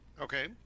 Okay